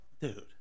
dude